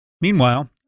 Meanwhile